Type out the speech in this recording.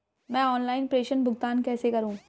मैं ऑनलाइन प्रेषण भुगतान कैसे करूँ?